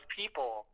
people